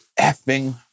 effing